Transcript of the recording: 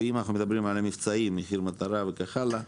ואם אנחנו מדברים על המבצעים מחיר מטרה, וכן הלאה,